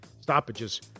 Stoppages